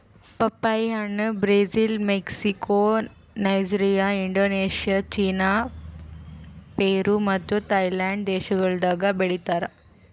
ಪಪ್ಪಾಯಿ ಹಣ್ಣ್ Brazil, Mexico, Nigeria, Indonesia, China, Peru ಮತ್ತ ಥೈಲ್ಯಾಂಡ್ ದೇಶಗೊಳ್ದಾಗ್ ಬೆಳಿತಾರ್